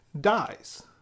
dies